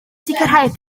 sicrhau